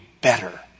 better